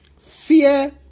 Fear